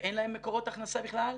שאין להם מקורות הכנסה בכלל,